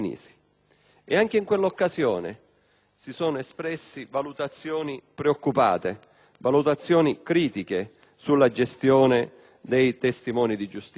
anche in quell'occasione furono espresse valutazioni preoccupate e critiche sulla gestione dei testimoni di giustizia.